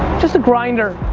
just a grinder,